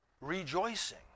rejoicing